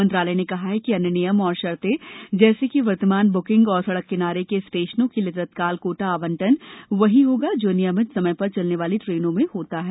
मंत्रालय ने कहा कि अन्य नियम और शर्तें जैसे कि वर्तमान ब्किंग और सड़क किनारे के स्टेशनों के लिए तत्काल कोटा आवंटन वही होगा जो नियमित समय पर चलने वाली ट्रेनों में होता है